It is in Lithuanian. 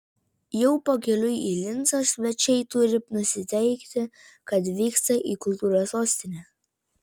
jau pakeliui į lincą svečiai turi nusiteikti kad vyksta į kultūros sostinę